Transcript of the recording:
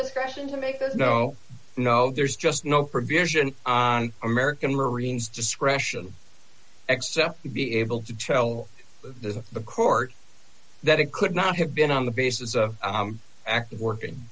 discretion to make no no there's just no provision on american marines discretion except to be able to tell the court that it could not have been on the basis of active working